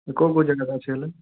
କେଉଁ କେଉଁ ଯାଗା ଅଛି ହେଲେ